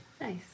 Nice